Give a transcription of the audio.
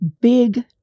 big